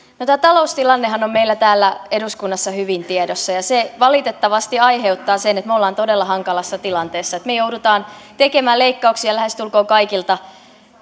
tämä taloustilannehan on meillä täällä eduskunnassa hyvin tiedossa ja se valitettavasti aiheuttaa sen että me olemme todella hankalassa tilanteessa me joudumme tekemään leikkauksia lähestulkoon kaikilta